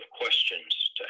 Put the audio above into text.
questions